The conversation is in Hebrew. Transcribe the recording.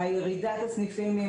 הירידה בסניפים היא